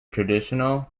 traditional